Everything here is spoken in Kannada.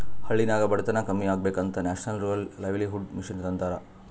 ಹಳ್ಳಿನಾಗ್ ಬಡತನ ಕಮ್ಮಿ ಆಗ್ಬೇಕ ಅಂತ ನ್ಯಾಷನಲ್ ರೂರಲ್ ಲೈವ್ಲಿಹುಡ್ ಮಿಷನ್ ತಂದಾರ